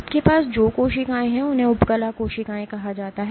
आपके पास जो कोशिकाएं हैं उन्हें उपकला कोशिकाएं कहा जाता है